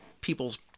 people's